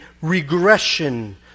regression